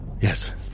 Yes